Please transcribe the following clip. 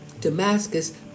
Damascus